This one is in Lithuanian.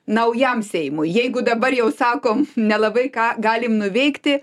naujam seimui jeigu dabar jau sakom nelabai ką galim nuveikti